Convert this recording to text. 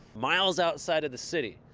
miles outside of the city.